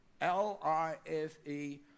L-I-F-E